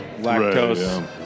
Lactose